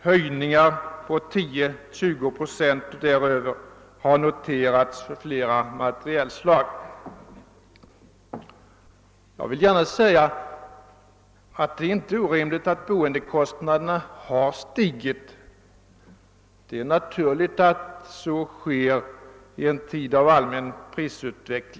Höjningar på 10—20 procent och däröver har noterats för flera materialslag. Att boendekostnaderna har stigit är ju naturligt i en tid av allmän prisuppgång.